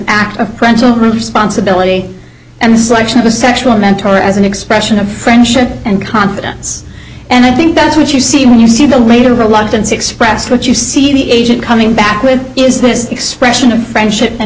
act of parental sponsibility and selection of a sexual mentor as an expression of friendship and confidence and i think that's what you see when you see the later reluctance expressed what you see the agent coming back with is this expression of friendship and